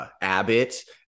Abbott